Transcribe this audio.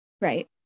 Right